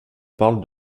parle